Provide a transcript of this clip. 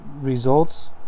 results